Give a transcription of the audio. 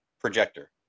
projector